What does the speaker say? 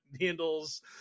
handles